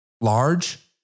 large